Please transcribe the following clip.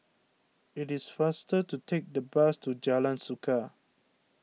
it is faster to take the bus to Jalan Suka